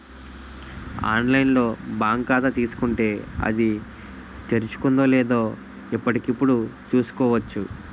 online లో bank ఖాతా తీసుకుంటే, అది తెరుచుకుందో లేదో ఎప్పటికప్పుడు చూసుకోవచ్చు